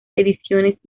ediciones